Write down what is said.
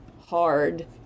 hard